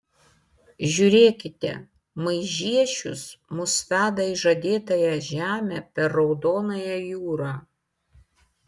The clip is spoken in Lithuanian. žiūrėkite maižiešius mus veda į žadėtąją žemę per raudonąją jūrą